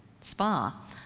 Spa